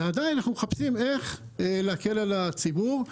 ועדיין אנחנו מחפשים איך להקל על הציבור.